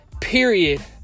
period